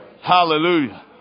Hallelujah